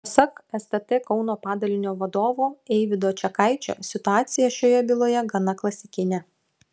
pasak stt kauno padalinio vadovo eivydo čekaičio situacija šioje byloje gana klasikinė